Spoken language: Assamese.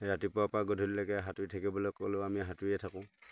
ৰাতিপুৱাৰপৰা গধূলিলৈকে সাঁতোৰি থাকিবলৈ ক'লেও আমি সাঁতোৰিয়ে থাকোঁ